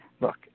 look